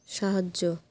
সাহায্য